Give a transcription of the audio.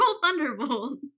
Thunderbolt